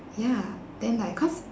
ya then like cause